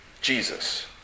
Jesus